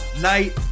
Night